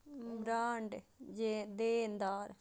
bond देनदार कें एकटा निश्चित ब्याज दर के भुगतान करै छै